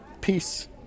Peace